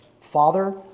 Father